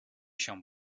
się